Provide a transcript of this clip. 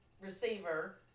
receiver